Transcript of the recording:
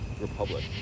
republic